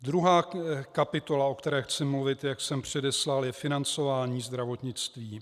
Druhá kapitola, o které chci mluvit, jak jsem předeslal, je financování zdravotnictví.